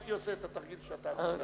הייתי עושה את התרגיל שאתה עשית.